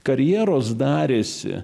karjeros darėsi